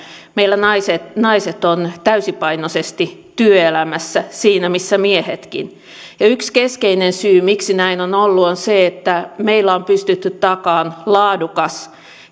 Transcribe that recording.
meillä naiset naiset ovat täysipainoisesti työelämässä siinä missä miehetkin ja yksi keskeinen syy miksi näin on ollut on se että meillä on pystytty takaamaan laadukas